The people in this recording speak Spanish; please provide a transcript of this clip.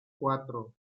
cuatro